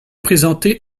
présenté